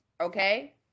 okay